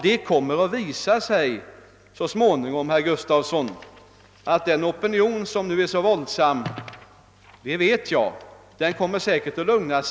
Det kommer också att visa sig, herr Gustavsson, att den opinion som nu är så våldsam så småningom kommer att lugna sig. Det är jag helt övertygad om.